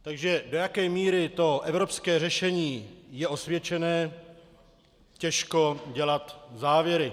Takže do jaké míry je evropské řešení osvědčené, těžko dělat závěry.